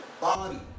body